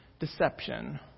Deception